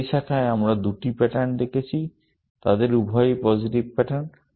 সেই শাখায় আমরা দুটি প্যাটার্ন দেখেছি তাদের উভয়ই পজিটিভ প্যাটার্ন